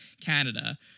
Canada